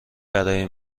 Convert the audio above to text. برای